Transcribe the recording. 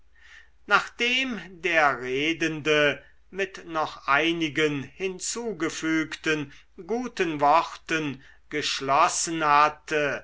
nachdem der redende mit noch einigen hinzugefügten guten worten geschlossen hatte